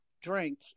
drink